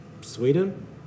Sweden